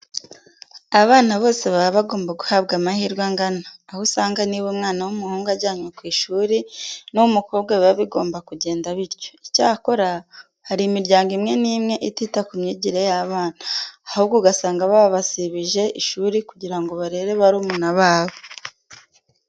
Abana bose baba bagomba guhabwa amahirwe angana. Aho usanga niba umwana w'umuhungu ajyanwe ku ishuri, n'uw'umukobwa biba bigomba kugenda bityo. Icyakora, hari imiryango imwe n'imwe itita ku myigire y'abana, ahubwo ugasanga babasibije ishuri kugira ngo barere barumuna babo.